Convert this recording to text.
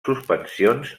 suspensions